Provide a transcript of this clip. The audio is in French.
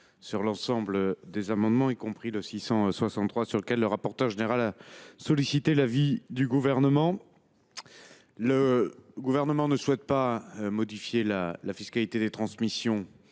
sur l’ensemble des amendements, y compris sur l’amendement n° I 663 sur lequel le rapporteur général a sollicité l’avis du Gouvernement. Le Gouvernement ne souhaite pas modifier la fiscalité des transmissions